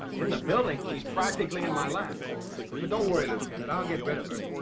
in the building? she's practically in my lap. and but don't worry, lieutenant, i'll get rid of her.